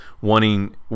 wanting